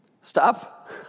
Stop